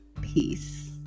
peace